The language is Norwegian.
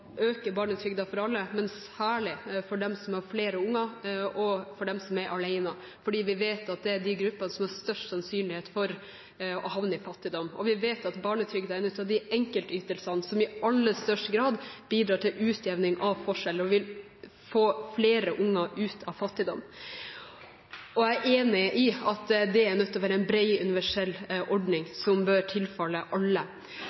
øke barnetrygden for alle, men særlig for dem som har flere unger, og for dem som er alene, for vi vet at det er de gruppene som har størst sannsynlighet for å havne i fattigdom. Vi vet at barnetrygden er en av de enkeltytelsene som i aller størst grad bidrar til utjevning av forskjeller, og vil få flere unger ut av fattigdom. Jeg er enig i at det er nødt til å være en bred universell ordning, som bør tilfalle alle.